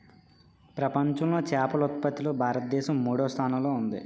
ప్రపంచంలో చేపల ఉత్పత్తిలో భారతదేశం మూడవ స్థానంలో ఉంది